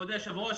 כבוד היושב-ראש,